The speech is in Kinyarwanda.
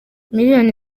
miliyoni